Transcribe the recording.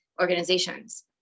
organizations